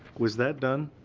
was that done?